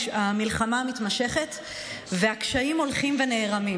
המלחמה מתמשכת והקשיים הולכים ונערמים.